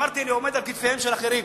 אמרתי: אני עומד על כתפיהם של אחרים.